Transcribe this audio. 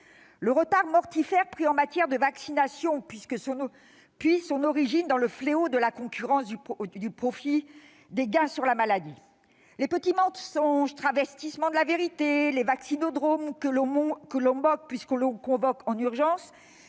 Le retard mortifère pris en matière de vaccination trouve son origine dans le fléau de la concurrence, du profit, des gains réalisés grâce à la maladie. Les petits mensonges et autres travestissements de la vérité, les vaccinodromes que l'on moque puis que l'on convoque en urgence,